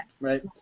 right